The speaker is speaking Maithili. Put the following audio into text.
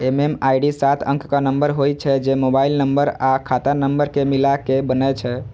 एम.एम.आई.डी सात अंकक नंबर होइ छै, जे मोबाइल नंबर आ खाता नंबर कें मिलाके बनै छै